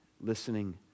Listening